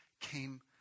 came